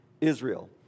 Israel